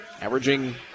averaging